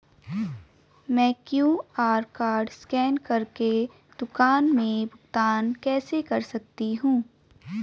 मैं QR code scan कर के दुकान में भुगतान कैसे कर सकती हूँ?